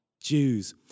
Jews